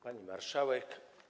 Pani Marszałek!